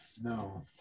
No